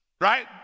right